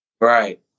Right